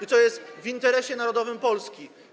i co jest w interesie narodowym Polski.